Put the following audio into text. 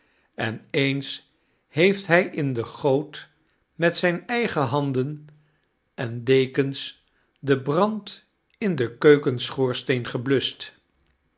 en eens heeft hy in de goot met zijne eigen handen en dekens den brand in den keukenschoorsteen gebluscht